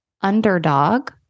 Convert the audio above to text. underdog